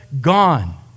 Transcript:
gone